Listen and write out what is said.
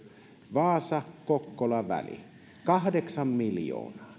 vaasa kokkola väli kahdeksan miljoonaa